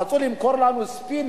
רצו למכור לנו ספין,